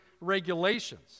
regulations